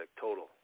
total